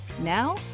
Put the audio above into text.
Now